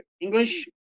English